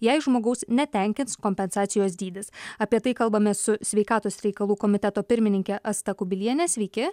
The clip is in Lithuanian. jei žmogaus netenkins kompensacijos dydis apie tai kalbamės su sveikatos reikalų komiteto pirmininke asta kubiliene sveiki